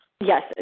Yes